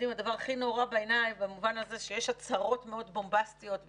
הדבר הכי נורא בעיניי במובן הזה הוא שיש הצהרות בומבסטיות מאוד,